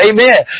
Amen